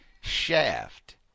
Shaft